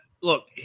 look